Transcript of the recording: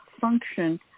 function